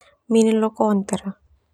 Ninin leo konter.